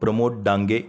Pramod Dange